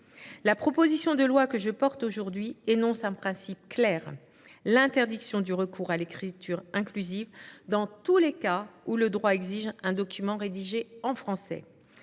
La proposition de loi que je défends aujourd’hui énonce un principe clair : l’interdiction du recours à l’écriture inclusive dans tous les cas où le droit exige un document rédigé en français.